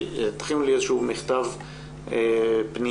שתכינו לי איזה שהוא מכתב פנייה,